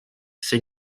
ces